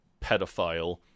pedophile